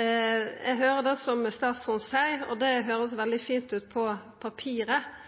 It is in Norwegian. Eg høyrer det statsråden seier, og det høyrest veldig fint ut «på papiret»,